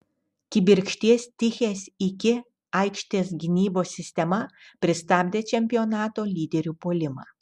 kibirkšties tichės iki aikštės gynybos sistema pristabdė čempionato lyderių puolimą